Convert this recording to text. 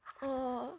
uh